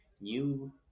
new